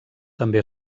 també